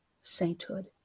sainthood